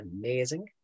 amazing